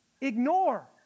ignore